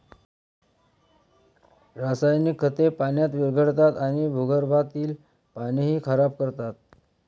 रासायनिक खते पाण्यात विरघळतात आणि भूगर्भातील पाणीही खराब करतात